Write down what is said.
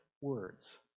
words